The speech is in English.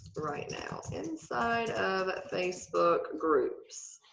right now inside of facebook groups.